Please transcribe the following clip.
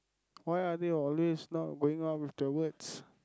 why are they always not going up with their words